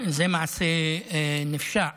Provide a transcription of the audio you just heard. זה מעשה נפשע.